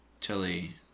Tilly